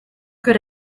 good